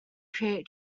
create